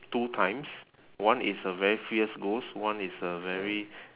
two times one is a very fierce ghost one is a very